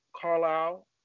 Carlisle